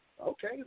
Okay